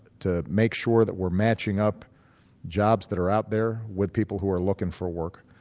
to make sure that we're matching up jobs that are out there with people who are looking for work.